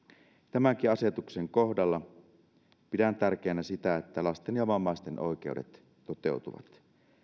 tämänkin asetuksen kohdalla pidän tärkeänä sitä että lasten ja vammaisten oikeudet toteutuvat